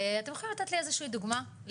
אתם יכולים לתת לי איזושהי דוגמא,